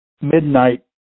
midnight